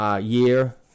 year